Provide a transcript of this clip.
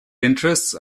interests